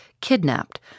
kidnapped